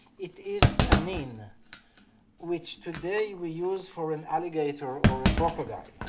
it is tniin which today we use for an alligator or a crocodile.